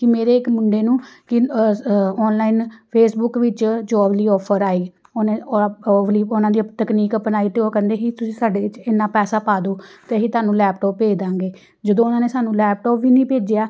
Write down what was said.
ਕਿ ਮੇਰੇ ਇੱਕ ਮੁੰਡੇ ਨੂੰ ਕਿ ਓਨਲਾਈਨ ਫੇਸਬੁਕ ਵਿੱਚ ਜੋਬ ਲਈ ਓਫਰ ਆਈ ਉਹਨੇ ਔਰ ਉਹਨਾਂ ਦੀ ਤਕਨੀਕ ਅਪਣਾਈ ਅਤੇ ਉਹ ਕਹਿੰਦੇ ਸੀ ਤੁਸੀਂ ਸਾਡੇ ਵਿਚ ਇੰਨਾ ਪੈਸਾ ਪਾ ਦਿਉ ਅਤੇ ਅਸੀਂ ਤੁਹਾਨੂੰ ਲੈਪਟੋਪ ਭੇਜ ਦਾਂਗੇ ਜਦੋਂ ਉਹਨਾਂ ਨੇ ਸਾਨੂੰ ਲੈਪਟੋਪ ਵੀ ਨਹੀਂ ਭੇਜਿਆ